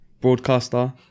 broadcaster